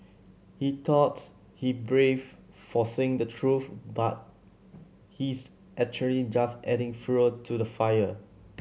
he thoughts he brave for saying the truth but he's actually just adding fuel to the fire